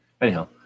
Anyhow